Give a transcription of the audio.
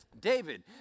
David